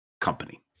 company